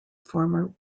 former